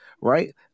right